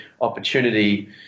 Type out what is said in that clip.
opportunity